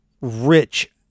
rich